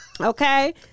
Okay